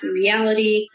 reality